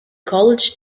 college